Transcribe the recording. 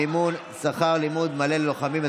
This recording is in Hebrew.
מימון שכר לימוד מלא ללוחמים),